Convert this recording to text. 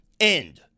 end